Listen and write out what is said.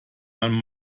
man